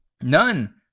None